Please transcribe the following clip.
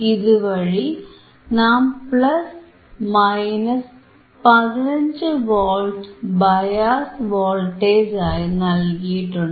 ഇതുവഴി നാം plus minus 15 volt bias voltage ആയി നൽകിയിട്ടുണ്ട്